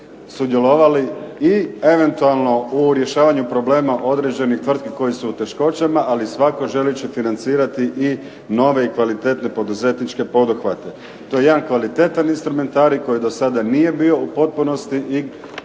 sudjelovali i eventualno u rješavanju problema određenih tvrtki koje su u teškoćama. Ali svakako želeći financirati i nove i kvalitetnije poduzetničke poduhvate. To je jedan kvalitetan instrumentarij koji do sada nije bio u potpunosti i dovoljno